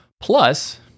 Plus